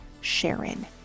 Sharon